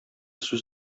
сүз